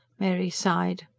mary sighed.